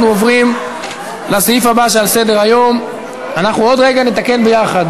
אנחנו עוד רגע נתקן ביחד.